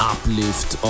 Uplift